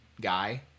guy